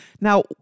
Now